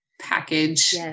package